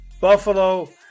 Buffalo